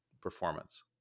performance